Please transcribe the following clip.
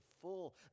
full